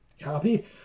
copy